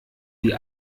die